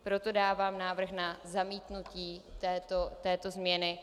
Proto dávám návrh na zamítnutí této změny.